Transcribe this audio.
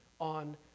on